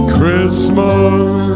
Christmas